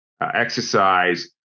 exercise